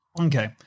Okay